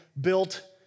built